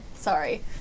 Sorry